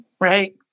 Right